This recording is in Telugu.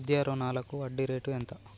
విద్యా రుణాలకు వడ్డీ రేటు ఎంత?